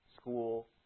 school